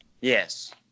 Yes